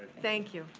thank you.